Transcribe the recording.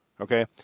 Okay